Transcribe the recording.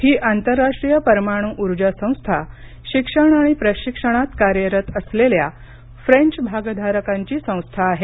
ही आंतराराष्ट्रीय परमाणु ऊर्जा संस्था शिक्षण आणि प्रशिक्षणात कार्यरत असलेल्या फ्रेंच भागधारकांची संस्था आहे